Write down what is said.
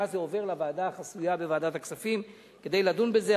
ואז זה עובר לוועדה החסויה בוועדת הכספים כדי לדון בזה.